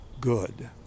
good